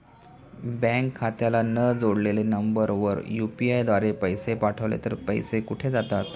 Bank खात्याला न जोडलेल्या नंबरवर यु.पी.आय द्वारे पैसे पाठवले तर ते पैसे कुठे जातात?